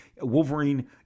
Wolverine